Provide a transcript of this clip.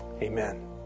Amen